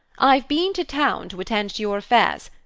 i've been to town to attend to your affairs,